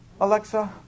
Alexa